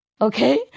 okay